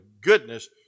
goodness